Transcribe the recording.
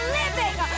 living